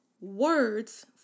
words